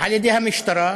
על-ידי המשטרה,